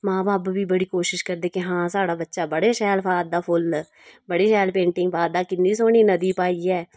मां बब्ब बी बड़ी कोशश करदे कि हां साढ़ा बच्चा बड़े शैल पा'रदा फुल्ल बड़ी शैल पेंटिंग पा'रदा किन्नी सोह्नी नदी पाई ऐ